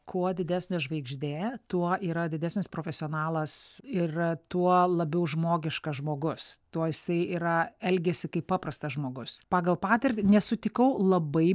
kuo didesnė žvaigždė tuo yra didesnis profesionalas ir tuo labiau žmogiškas žmogus tuo jisai yra elgiasi kaip paprastas žmogus pagal patirtį nesutikau labai